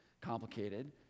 complicated